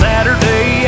Saturday